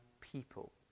people